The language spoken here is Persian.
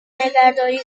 نگهداری